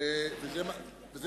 נכון.